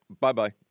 Bye-bye